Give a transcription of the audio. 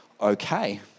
Okay